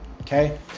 Okay